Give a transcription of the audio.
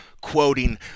quoting